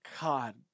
God